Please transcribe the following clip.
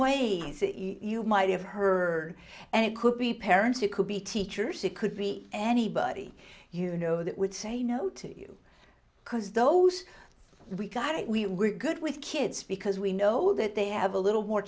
ways you might have heard and it could be parents you could be teachers it could be anybody you know that would say no to you because those we got it we were good with kids because we know that they have a little more